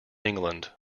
england